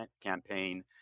campaign